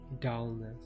Dullness